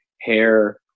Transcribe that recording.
hair